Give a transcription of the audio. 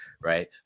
right